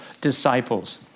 disciples